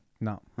No